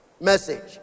Message